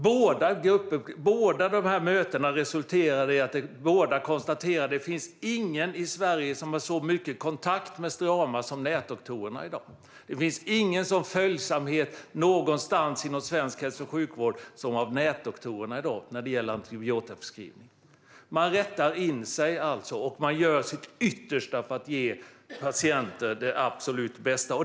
Båda konstaterade att det inte finns någon i Sverige som har så mycket kontakt med Strama som nätdoktorerna i dag. Det finns ingen inom svensk hälso och sjukvård som har en sådan följsamhet som nätdoktorerna i dag har när det gäller antibiotikaförskrivning. Man rättar alltså in sig, och man gör sitt yttersta för att ge patienter det absolut bästa.